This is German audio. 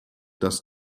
dass